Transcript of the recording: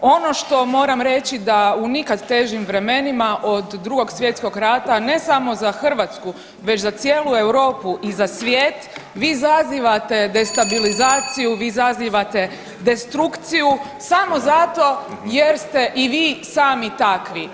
Ono što moram reći da u nikad težim vremenima od Drugog svjetskog rata ne samo za Hrvatsku već za cijelu Europu i za svijet vi zazivate destabilizaciju, vi zazivate destrukciju samo zato jer ste i vi sami takvi.